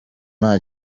nta